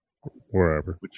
Wherever